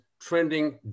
trending